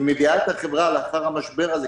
שמביאה את החברה לאחר המשבר הזה,